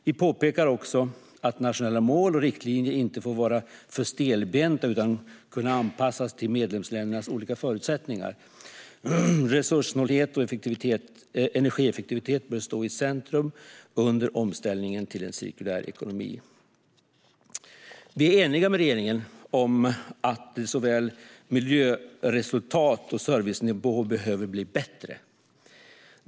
Vi påpekar också att nationella mål och riktlinjer inte får vara för stelbenta utan ska kunna anpassas till medlemsländernas olika förutsättningar. Resurssnålhet och energieffektivitet bör stå i centrum under omställningen till en cirkulär ekonomi. Vi är eniga med regeringen om att såväl miljöresultat som servicenivå behöver bli bättre.